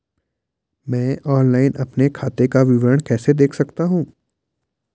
मैं ऑनलाइन अपने खाते का विवरण कैसे देख सकता हूँ?